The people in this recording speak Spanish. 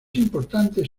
importantes